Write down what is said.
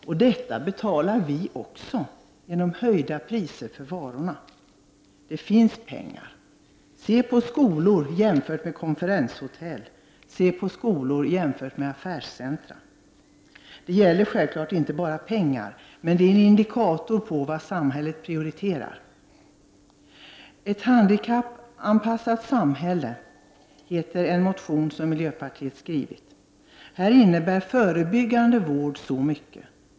Och detta betalar vi också genom höjda priser på varorna. Det finns pengar. Se på skolor jämfört med konferenshotell och se på skolor jämfört med affärscentra! Det gäller självklart inte bara pengar, men pengar är en indikator på vad samhället prioriterar. ”Ett handikappanpassat samhälle” är rubriken på en motion som miljöpartiet har skrivit. Här innebär förebyggande vård så mycket.